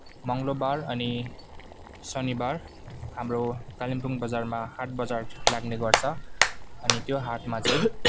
मङ्गलबार अनि शनिबार हाम्रो कालिम्पोङ बजारमा हाटबजार लाग्ने गर्छ अनि त्यो हाटमा चाहिँ